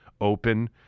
open